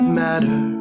matter